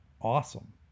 Awesome